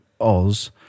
Oz